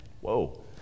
Whoa